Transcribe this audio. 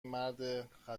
مرد